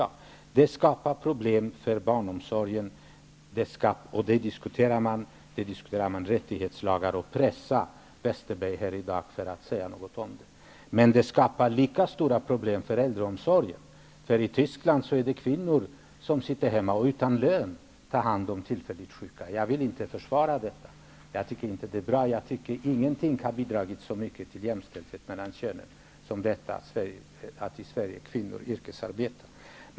Men det skapar problem på barnomsorgsområdet. Diskussioner förs om den saken. Bl.a. rättighetslagar diskuteras. Bengt Westerberg pressades här i dag att säga något om dessa saker. Men lika stora problem skapas härmed när det gäller äldreomsorgen. I Tyskland stannar kvinnorna hemma. Utan lön tar de hand om tillfälligt sjuka anhöriga. Jag vill inte försvara det, eftersom jag inte tycker att det är en bra lösning. Jag anser att det inte finns något som har bidragit så mycket till jämställdheten i Sverige mellan könen som just detta med att kvinnor yrkesarbetar.